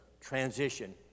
transition